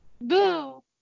Boo